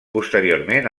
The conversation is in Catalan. posteriorment